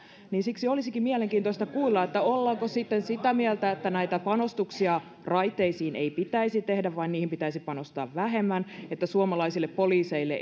siksi olisikin mielenkiintoista kuulla ollaanko sitten sitä mieltä että näitä panostuksia raiteisiin ei pitäisi tehdä vaan niihin pitäisi panostaa vähemmän että suomalaisille poliiseille